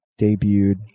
debuted